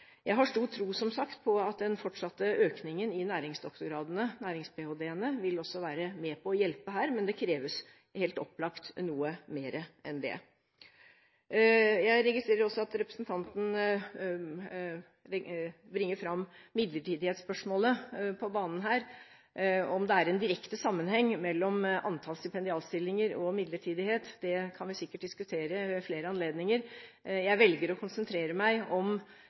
Jeg har, som sagt, stor tro på at den fortsatte økningen i næringsdoktorgradene, nærings-ph.d.-ene, også vil være med på å hjelpe her, men det kreves helt opplagt noe mer enn det. Jeg registrerer også at interpellanten bringer på banen spørsmålet om midlertidighet. Om det er en direkte sammenheng mellom antall stipendiatstillinger og midlertidighet, kan vi sikkert diskutere ved flere anledninger. Jeg velger å konsentrere meg om